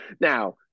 Now